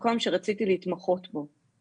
מקום שרציתי להתמחות בו.